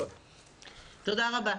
תודה רבה.